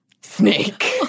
snake